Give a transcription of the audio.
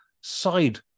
side